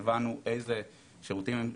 שהבנו איזה שירותים,